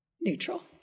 neutral